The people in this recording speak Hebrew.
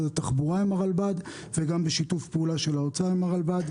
התחבורה עם הרלב"ד וגם בשיתוף פעולה של האוצר עם הרלב"ד.